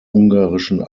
ungarischen